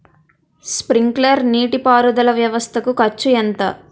Sprinkler నీటిపారుదల వ్వవస్థ కు ఖర్చు ఎంత?